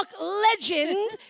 legend